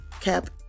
Cap